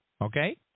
Okay